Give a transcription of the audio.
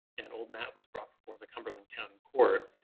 and old matt was brought before the cumberland county court.